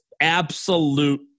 absolute